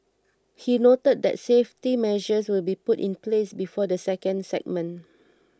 he noted that safety measures will be put in place before the second segment